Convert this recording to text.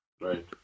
right